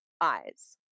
eyes